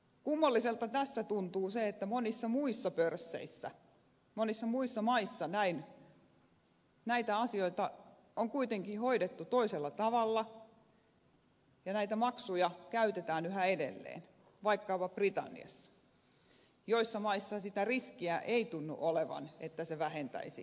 kummalliselta tässä tuntuu se että monissa muissa pörsseissä monissa muissa maissa näitä asioita on kuitenkin hoidettu toisella tavalla ja näitä maksuja käytetään yhä edelleen vaikkapa britanniassa ja näissä maissa sitä riskiä ei tunnu olevan että se vähentäisi kaupan määrää